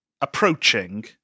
approaching